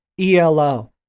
ELO